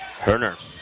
Herner